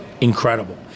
incredible